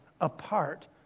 apart